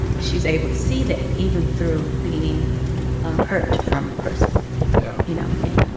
she's able to see that even through being ah hurt from a person yeah you know, and